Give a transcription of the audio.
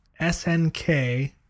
snk